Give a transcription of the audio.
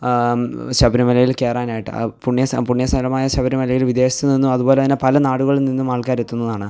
ശബരിമലയിൽ കയറാനായിട്ട് പുണ്യ പുണ്യ സ്ഥലമായ ശബരിമലയിൽ വിദേശത്ത് നിന്നും അതുപോലെത്തന്നെ പല നാടുകളിൽ നിന്നും ആൾക്കാരെത്തുന്നതാണ്